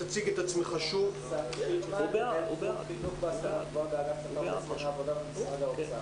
אני רפרנט חינוך והשכלה גבוהה במשרד האוצר.